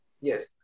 yes